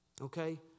Okay